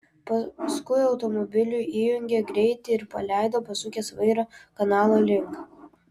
paskui automobiliui įjungė greitį ir paleido pasukęs vairą kanalo link